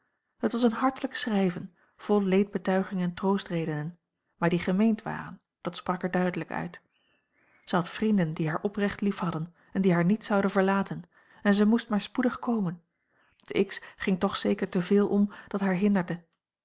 het was een hartelijk schrijven vol leedbetuiging en troostredenen maar die gemeend waren dat sprak er duidelijk uit zij had vrienden die haar oprecht liefhadden en die haar niet zouden verlaten en zij moest maar spoedig komen te x ging toch zeker te veel om dat haar hinderde